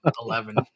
eleven